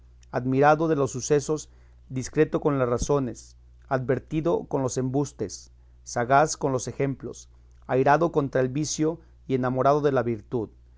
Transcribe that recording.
admirado de los sucesos discreto con las razones advertido con los embustes sagaz con los ejemplos airado contra el vicio y enamorado de la virtud